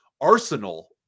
arsenal